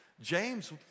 James